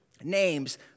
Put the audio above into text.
Names